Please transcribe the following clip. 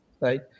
right